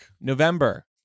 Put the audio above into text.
November